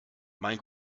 mein